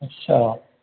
अच्छा